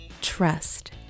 trust